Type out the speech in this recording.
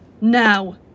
Now